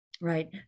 Right